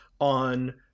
on